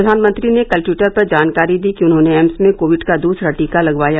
प्रधानमंत्री ने कल ट्वीटर पर जानकारी दी कि उन्होंने एम्स में कोविड का दूसरा टीका लगवाया